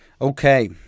Okay